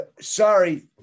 sorry